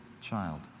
child